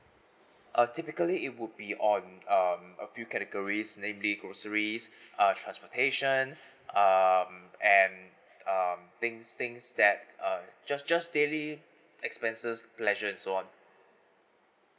uh typically it would be on um a few categories namely groceries uh transportation um and um things things that uh just just daily expenses leisure and so on